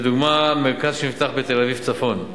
לדוגמה, מרכז שנפתח בתל-אביב צפון.